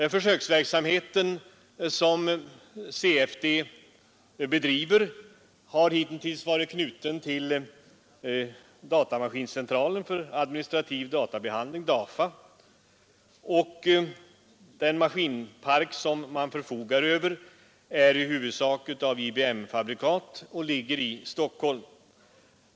Den försöksverksamhet som CFD bedriver har hittills varit knuten till datamaskincentralen för administrativ databehandling , och den maskinpark som man förfogar över är i huvudsak av IBM-fabrikat och ligger i Stockholm.